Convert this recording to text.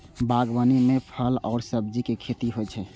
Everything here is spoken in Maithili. बागवानी मे फल आ सब्जीक खेती होइ छै